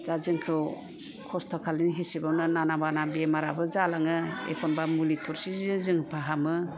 दा जोंखौ खस्थ' खालायनायनि हिसाबावनो नाना बाना बेमाराबो जालाङो एखनबा मुलि थरसेजोंनो जोङो फाहामो